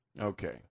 Okay